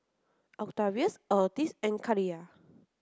Octavius Otis and Kaliyah